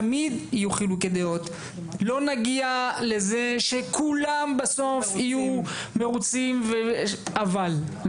תמיד יהיו חילוקי דעות לא נצליח שכולם בסוף יהיו מרוצים אבל אני